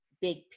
big